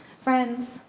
Friends